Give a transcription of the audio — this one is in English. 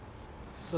so